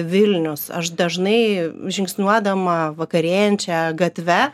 vilnius aš dažnai žingsniuodama vakarėjančia gatve